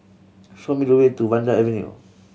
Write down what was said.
show me the way to Vanda Avenue